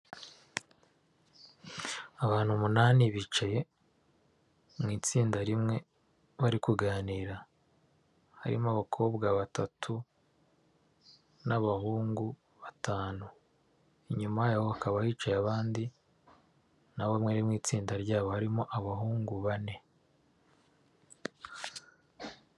Abantu umunani bicaye mu itsinda rimwe bari kuganira, harimo abakobwa batatu n'abahungu batanu, inyuma yabo hakaba hicaye abandi na bo bari mu itsinda ryabo harimo abahungu bane.